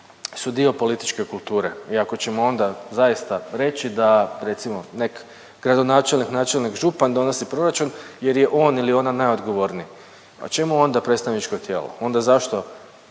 su dio političke kulture i ako ćemo onda zaista reći da recimo neki gradonačelnik, načelnik, župan donosi proračun jer je on ili ona najodgovorniji. Pa čemu onda predstavničko tijelo, onda zašto